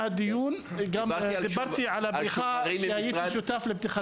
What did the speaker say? הזכרתי את הבריכה שהייתי שותף לפתיחתה בחורה,